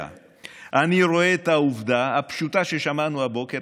אני רואה את העובדה הפשוטה ששמענו הבוקר,